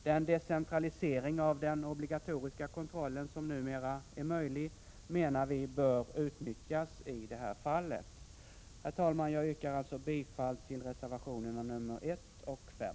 Den decentralisering av den obligatoriska kontrollen som numera är möjlig bör, menar vi, utnyttjas i det här fallet. Herr talman! Jag yrkar bifall till reservationerna 1 och 5.